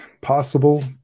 possible